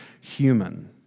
human